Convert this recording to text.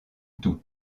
tout